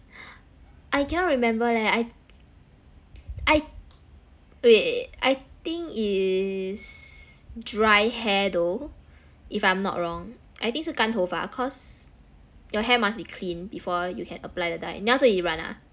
I can't remember leh I I wait I think is dry hair though if I'm not wrong I think 是干头发 cause your hair must be cleaned before you can apply the dye 你要自己染 ah